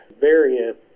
variant